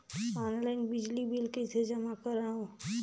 Online बिजली bill कइसे जमा करव?